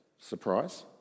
surprise